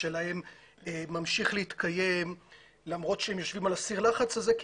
שלהם ממשיך להתקיים למרות שהם יושבים על סיר הלחץ הזה כי